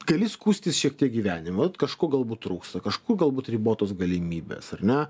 gali skųstis šiek tiek gyvenimu vat kažko galbūt trūksta kažko galbūt ribotos galimybės ar ne